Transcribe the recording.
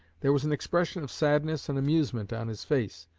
there was an expression of sadness and amusement on his face.